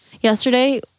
Yesterday